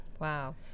Wow